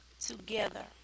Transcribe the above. together